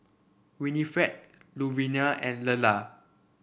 Winifred Louvenia and Lela